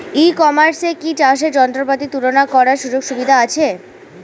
ই কমার্সে কি চাষের যন্ত্রপাতি তুলনা করার সুযোগ সুবিধা আছে?